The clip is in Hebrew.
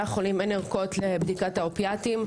החולים אין ערכות לבדיקת האופיאטים,